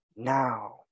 now